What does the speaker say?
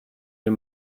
you